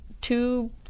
two